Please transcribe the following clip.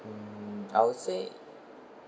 um I would say